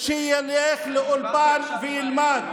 שילך לאולפן וילמד.